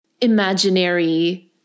imaginary